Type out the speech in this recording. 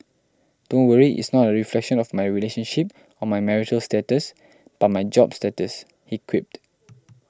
don't worry it's not a reflection of my relationship or marital status but my job status he quipped